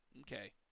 Okay